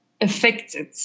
affected